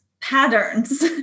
patterns